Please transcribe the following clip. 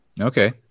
Okay